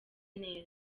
neza